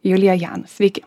julija janus sveiki